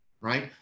right